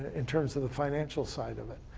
in terms of the financial side of it.